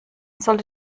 sollte